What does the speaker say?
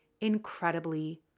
incredibly